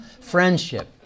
Friendship